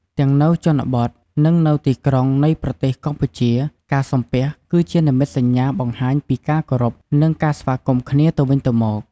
ទាំងនៅជនបទ និង នៅទីក្រុងនៃប្រទេសកម្ពុជា ការសំពះ គឹជានិមិត្តសញ្ញាបង្ហាញពីការគោរព និងការស្វាគមន៍គ្នាទៅវិញទៅមក។